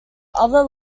other